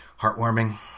Heartwarming